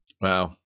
Wow